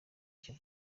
cya